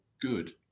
good